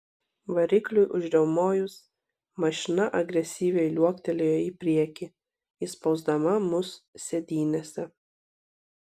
varikliui užriaumojus mašina agresyviai liuoktelėjo į priekį įspausdama mus sėdynėse